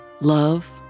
love